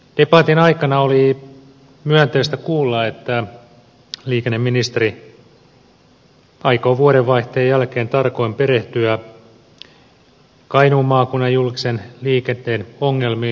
debatin aikana oli myönteistä kuulla että liikenneministeri aikoo vuodenvaihteen jälkeen tarkoin perehtyä kainuun maakunnan julkisen liikenteen ongelmiin